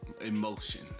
emotion